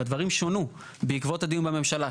והדברים שונו, בעקבות הדיון בממשלה.